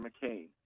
McCain